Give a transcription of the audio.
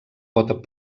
pot